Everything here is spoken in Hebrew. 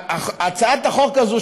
הצעת החוק הזאת,